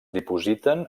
dipositen